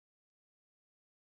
okay